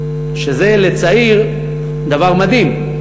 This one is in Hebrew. שזה לצעיר דבר מדהים.